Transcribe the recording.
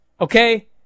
okay